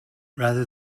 rather